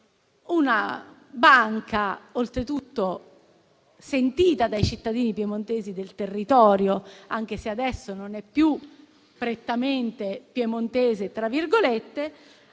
Una banca - oltretutto sentita dai cittadini piemontesi del territorio, anche se adesso non è più prettamente "piemontese" - ha deciso